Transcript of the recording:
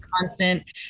constant